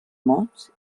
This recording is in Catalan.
mots